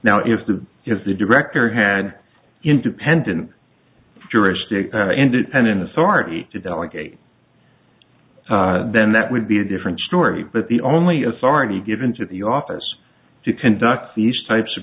now if the if the director had independent juristic independent authority to delegate then that would be a different story but the only authority given to the office to conduct these types of